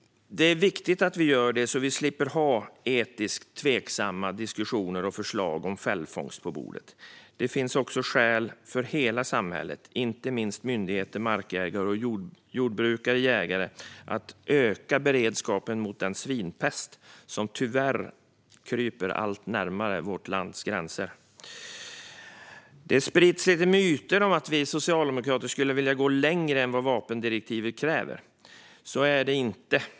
Det är viktigt att vi gör detta, så att vi slipper etiskt tveksamma diskussioner och förslag om fällfångst. Det finns skäl för hela samhället, inte minst myndigheter, markägare, jordbrukare och jägare, att öka beredskapen mot den svinpest som tyvärr kommer allt närmare vårt lands gränser. Det sprids myter om att vi socialdemokrater skulle vilja gå längre än vapendirektivet kräver. Så är det inte.